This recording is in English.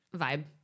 vibe